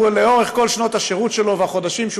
לאורך כל שנות השירות שלו והחודשים שהוא